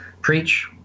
preach